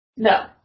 No